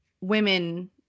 women